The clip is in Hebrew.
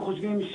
אנחנו חושבים,